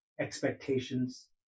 expectations